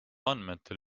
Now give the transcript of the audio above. andmetel